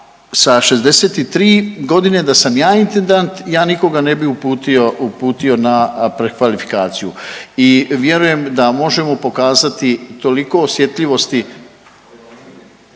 sa 63 godine da sam ja intendant ja nikoga ne bi uputio na prekvalifikaciju i vjerujem da možemo pokazati toliko osjetljivosti